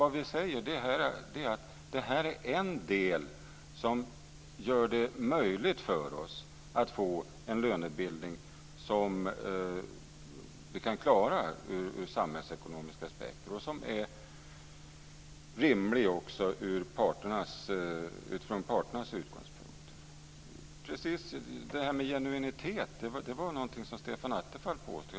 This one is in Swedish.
Vi säger att det här är en del som gör det möjligt för oss att få en lönebildning som vi kan klara från samhällsekonomiska aspekter och som är rimlig från parternas utgångspunkter. Det här med genuinitet var något som Stefan Attefall tog upp.